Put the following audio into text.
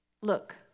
Look